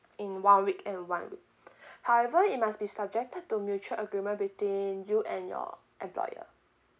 in one week and one however it must be subjected to mutual agreement between you and your employer